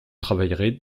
travaillerez